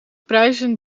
prijzen